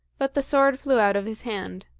but the sword flew out of his hand.